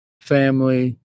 family